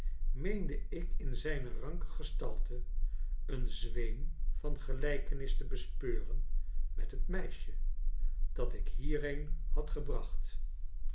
meende ik in zijne ranke gestalte een zweem van gelijkenis te bespeuren met het meisje dat ik hierheen had gebracht